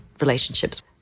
relationships